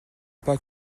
pas